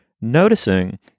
noticing